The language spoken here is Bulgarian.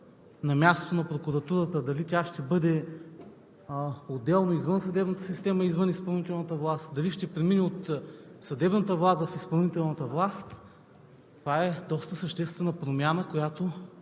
на мястото на прокуратурата – дали тя ще бъде отделно, извън съдебната система, извън изпълнителната власт, дали ще премине от съдебната власт в изпълнителната власт, това е доста съществена промяна, която